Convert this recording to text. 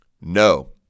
no